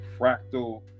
fractal